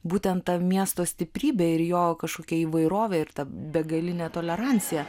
būtent miesto stiprybė ir jo kažkokia įvairovė ir ta begalinė tolerancija